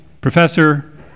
Professor